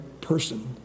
person